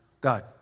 God